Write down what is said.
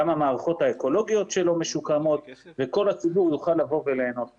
גם המערכות האקולוגיות שלו משוקמות וכל הציבור יוכל לבוא וליהנות ממנו.